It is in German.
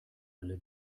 alle